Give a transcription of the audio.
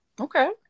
Okay